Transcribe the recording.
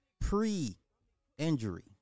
pre-injury